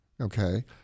okay